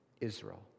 Israel